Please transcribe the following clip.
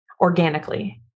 organically